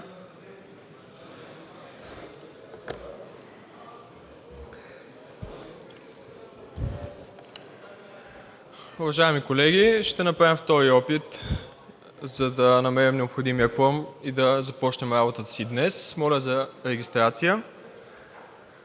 Уважаеми колеги, ще направим втори опит, за да намерим необходимия кворум и да започнем работата си днес. Моля за регистрация!